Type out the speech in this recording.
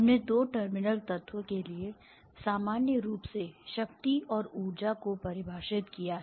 हमने दो टर्मिनल तत्व के लिए सामान्य रूप से शक्ति और ऊर्जा को परिभाषित किया है